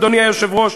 אדוני היושב-ראש,